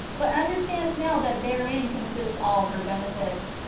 but understands now that therein consists all her benefit.